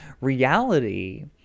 Reality